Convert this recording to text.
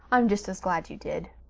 i'm just as glad you did.